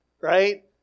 right